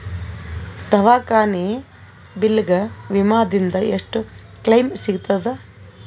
ದವಾಖಾನಿ ಬಿಲ್ ಗ ವಿಮಾ ದಿಂದ ಎಷ್ಟು ಕ್ಲೈಮ್ ಸಿಗತದ?